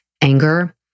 anger